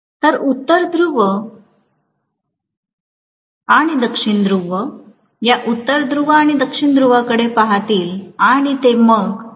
तर उत्तर ध्रुव आणि दक्षिण ध्रुव या उत्तर ध्रुव आणि दक्षिण ध्रुवकडे पाहतील आणि ते मागे टाकतील